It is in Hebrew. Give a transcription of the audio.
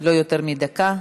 לא יותר מדקה.